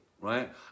right